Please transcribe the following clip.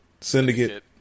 Syndicate